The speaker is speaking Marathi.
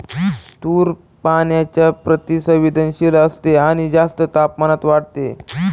तूर पाण्याच्या प्रति संवेदनशील असते आणि जास्त तापमानात वाढते